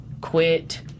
quit